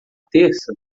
terça